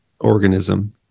organism